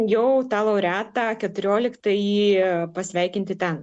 jau tą laureatą keturioliktąjį pasveikinti ten